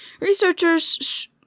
Researchers